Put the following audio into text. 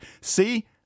See